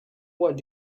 what